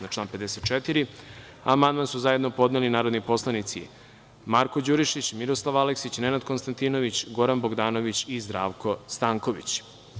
Na član 54. amandman su zajedno podneli narodni poslanici Marko Đurišić, Miroslav Aleksić, Nenad Konstantinović, Goran Bogdanović i Zdravko Stanković.